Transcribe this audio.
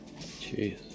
Jeez